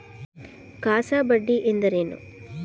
CASA ಬಡ್ಡಿ ಎಂದರೇನು?